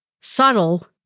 subtle